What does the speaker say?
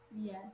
Yes